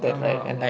தெரில:therila